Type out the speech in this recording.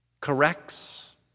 corrects